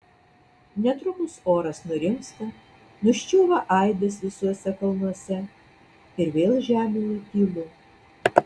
netrukus oras nurimsta nuščiūva aidas visuose kalnuose ir vėl žemėje tylu